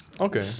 Okay